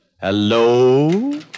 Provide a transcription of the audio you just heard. Hello